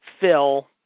Phil